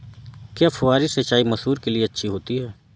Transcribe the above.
क्या फुहारी सिंचाई मसूर के लिए अच्छी होती है?